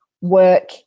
work